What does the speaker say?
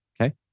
Okay